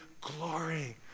glory